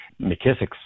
McKissick's